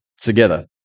together